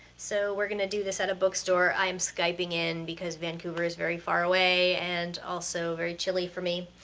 so we're gonna do this at a bookstore, i am skyping in because vancouver is very far away and also very chilly for me.